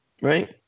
right